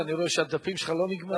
אני רואה שהדפים שלך לא נגמרים.